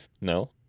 No